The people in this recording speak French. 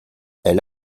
elle